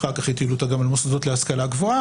אחר כך הטילו אותה גם על מוסדות להשכלה גבוהה,